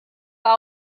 war